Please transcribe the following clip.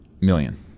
million